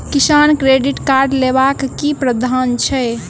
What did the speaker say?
किसान credit card लेबाक की प्रावधान छै?